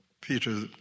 Peter